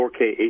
4K